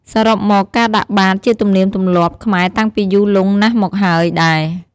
សរុបមកការដាកបាតជាទំលៀមទម្លាប់ខ្មែរតាំងពីយូលង់ណាស់មកហើយដែរ។